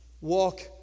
walk